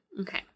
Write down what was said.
Okay